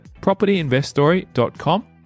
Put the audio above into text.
propertyinveststory.com